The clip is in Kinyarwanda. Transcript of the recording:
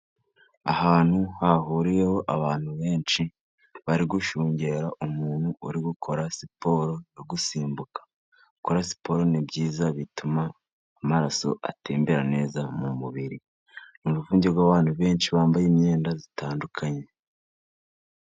Ahantu hahuriyeho abantu benshi bari gushungera umuntu uri gukora siporo yo gusimbuka. Gukora siporo ni byiza, bituma amaraso atembera neza mu mubiri. Uruvunge rw’abantu benshi bambaye imyenda itandukanye.